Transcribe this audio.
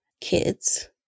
kids